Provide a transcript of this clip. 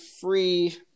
free